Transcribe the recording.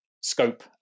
scope